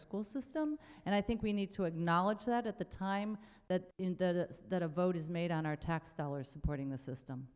school system and i think we need to acknowledge that at the time that in the that a vote is made on our tax dollars supporting the system